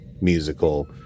musical